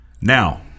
Now